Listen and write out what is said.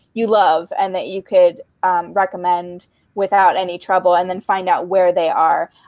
you love, and that you could recommend without any trouble. and then, find out where they are.